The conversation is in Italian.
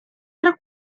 tra